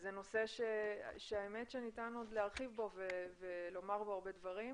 זה נושא שניתן עוד להרחיב בו ולומר בו הרבה דברים,